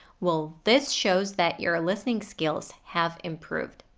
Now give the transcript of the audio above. well, this shows that your listening skills have improved.